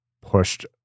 pushed